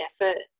effort